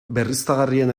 berriztagarrien